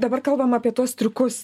dabar kalbam apie tuos triukus